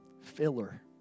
filler